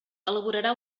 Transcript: elaborarà